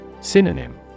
Synonym